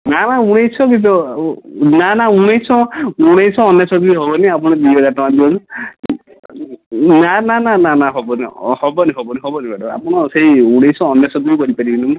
ନା ନା ଉଣେଇଶହ କିସ ନା ନା ଉଣେଇଶହ ଉଣେଇଶହ ଅନେଶ୍ୱତ ବି ହେବନି ଆପଣ ଦୁଇ ହଜାରଟଙ୍କା ଦିଅନ୍ତୁ ନା ନା ନା ନା ହେବନି ହେବନି ହେବନି ହେବନି ମ୍ୟାଡ଼ାମ୍ ଆପଣ ସେଇ ଉଣେଇଶହ ଅନେଶ୍ୱତ ବି କରିପାରିବେନି